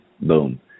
boom